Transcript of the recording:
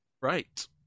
Right